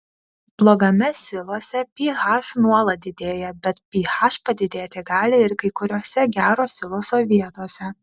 blogame silose ph nuolat didėja bet ph padidėti gali ir kai kuriose gero siloso vietose